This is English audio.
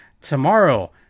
Tomorrow